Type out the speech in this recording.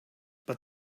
but